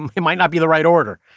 and it might not be the right order.